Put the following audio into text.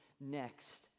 next